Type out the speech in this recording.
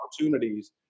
opportunities